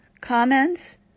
comments